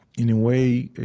in a way,